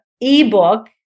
ebook